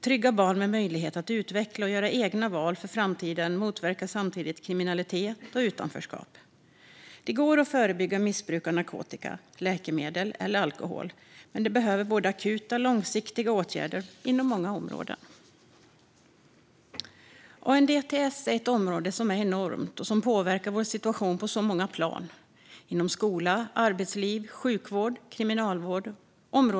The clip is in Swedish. Trygga barn med möjligheter att utvecklas och göra egna val för framtiden motverkar samtidigt kriminalitet och utanförskap. Det går att förebygga missbruk av narkotika, läkemedel eller alkohol, men det behövs både akuta och långsiktiga åtgärder inom många områden. ANDTS är ett område som är enormt och som påverkar vår situation på många plan inom skola, arbetsliv, sjukvård och kriminalvård.